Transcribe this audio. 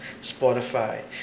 Spotify